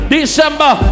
December